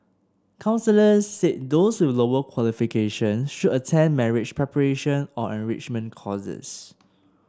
counsellors said those with lower qualifications should attend marriage preparation or enrichment courses